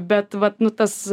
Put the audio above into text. bet vat nu tas